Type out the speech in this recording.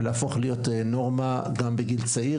ולהפוך להיות נורמה גם בגיל צעיר,